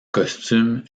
costume